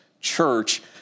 church